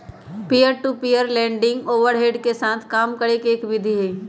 peer to peer lending overhead के साथ काम करे के एक विधि हई